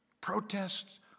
protests